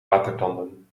watertanden